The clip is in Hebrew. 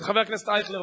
חבר הכנסת ישראל אייכלר,